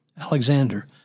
Alexander